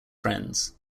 friends